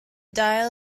dial